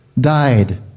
died